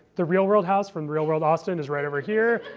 the real world house from real world austin is right over here.